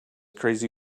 crazy